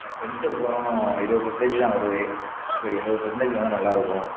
என் pension பணம் இருபது percentage தான் வருது ஒரு எழுவது பெர்சன்டேஜ் வந்தால் நல்லாயிருக்கும்